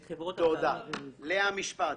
איפה לא עישנו בתקופה ההיא?